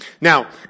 Now